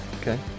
Okay